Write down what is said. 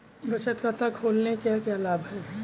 बचत खाता खोलने के क्या लाभ हैं?